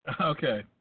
Okay